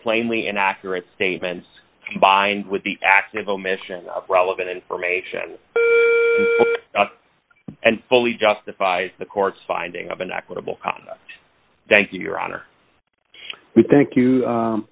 plainly inaccurate statements by and with the active omission of relevant information and fully justifies the court's finding of an equitable thank you your honor we thank you